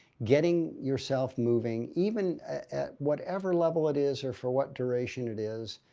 getting yourself moving, even whatever level it is or for what duration it is,